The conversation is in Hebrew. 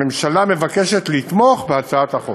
הממשלה מבקשת לתמוך בהצעת החוק.